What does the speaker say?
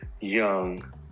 young